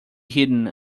hidden